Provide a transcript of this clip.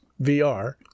VR